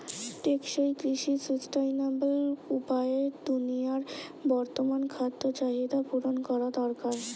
টেকসই কৃষি সুস্টাইনাবল উপায়ে দুনিয়ার বর্তমান খাদ্য চাহিদা পূরণ করা দরকার